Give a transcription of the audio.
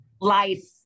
life